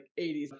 80s